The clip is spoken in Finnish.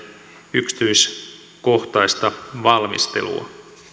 yksityiskohtaista valmistelua